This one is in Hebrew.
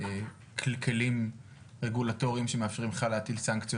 כלים רגולטוריים שמאפשרים לך להטיל סנקציות